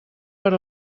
per